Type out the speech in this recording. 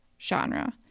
genre